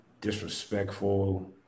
disrespectful